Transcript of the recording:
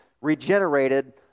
regenerated